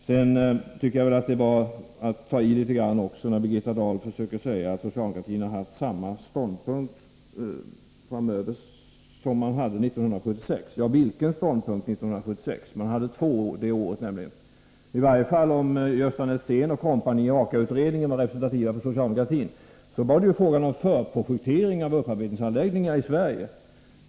Jag tycker att det var att ta i, när Birgitta Dahl försökte säga att socialdemokratin har haft samma ståndpunkt som man hade 1976. Ja, vilken ståndpunkt 1976? Man hade nämligen två det året. I varje fall om Gösta Netzén & Co. i AKA-utredningen var representativa för socialdemokratin så var det ju fråga om förprojektering av upparbetningsanläggningar i Sverige.